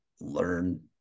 learn